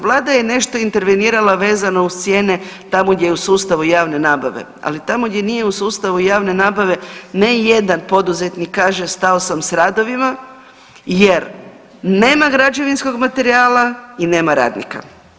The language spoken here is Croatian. Vlada je nešto intervenirala vezano uz cijene tamo gdje je u sustavu javne nabave, ali tamo gdje nije u sustavu javne nabave ne jedan poduzetnik kaže stao sam s radovima jer nema građevinskog materijala i nema radnika.